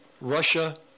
Russia